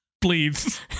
Please